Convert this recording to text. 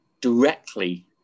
directly